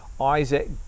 Isaac